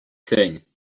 soon